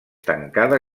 tancada